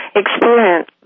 experience